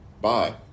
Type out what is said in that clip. bye